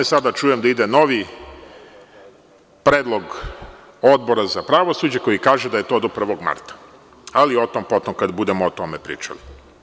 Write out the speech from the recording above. Sada čujem da ide novi predlog Odbora za pravosuđe koji kaže da je to do 1. marta, ali o tom po tom kad budemo o tome pričali.